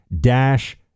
dash